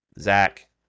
Zach